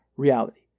reality